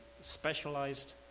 specialized